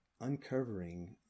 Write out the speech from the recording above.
uncovering